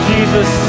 Jesus